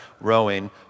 rowing